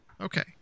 Okay